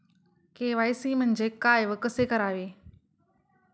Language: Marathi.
के.वाय.सी म्हणजे काय व कसे करावे?